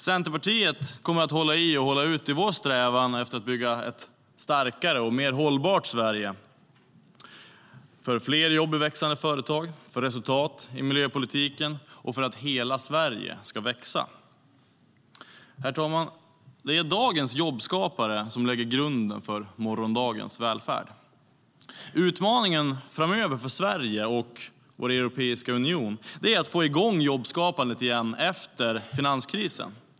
Centerpartiet kommer att hålla i och hålla ut i vår strävan efter att bygga ett starkare och mer hållbart Sverige, för fler jobb i växande företag, för resultat i miljöpolitiken och för att hela Sverige ska växa. Herr talman! Dagens jobbskapare lägger grunden för morgondagens välfärd. Utmaningen framöver för Sverige och vår europeiska union är att få igång jobbskapandet igen efter finanskrisen.